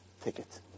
ticket